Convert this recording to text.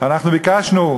אנחנו ביקשנו,